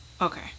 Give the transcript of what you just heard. okay